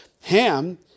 Ham